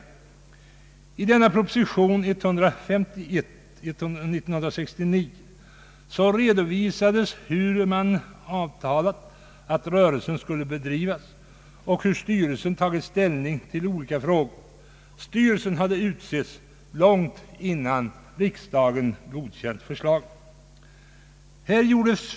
I proposition nr 151 år 1969 redovisades hur man avtalat att rörelsen skulle bedrivas och hur styrelsen tagit ställning till olika frågor. Styrelsen hade utsetts långt innan riksdagen godkänt förslaget.